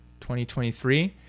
2023